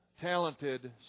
talented